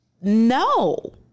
No